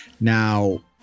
Now